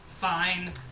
Fine